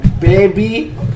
baby